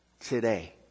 today